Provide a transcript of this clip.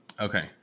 Okay